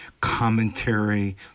commentary